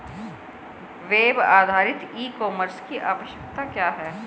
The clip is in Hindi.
वेब आधारित ई कॉमर्स की आवश्यकता क्या है?